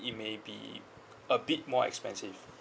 it may be a bit more expensive